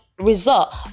result